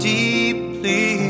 deeply